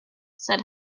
said